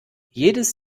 jedes